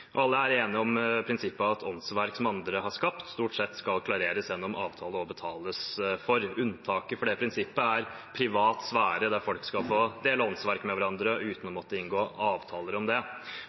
klasseromsbestemmelsen. Alle er enig i prinsippet om at åndsverk som andre har skapt, stort sett skal klareres gjennom avtale og betales for. Unntaket for det prinsippet er privat sfære, der folk skal få dele åndsverk med hverandre uten å måtte inngå avtaler om det.